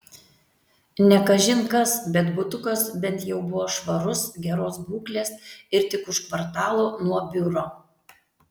ne kažin kas bet butukas bent jau buvo švarus geros būklės ir tik už kvartalo nuo biuro